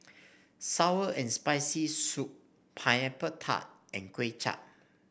sour and Spicy Soup Pineapple Tart and Kway Chap